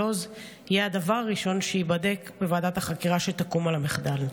עוז יהיה הדבר הראשון שייבדק בוועדת החקירה שתקום על המחדל.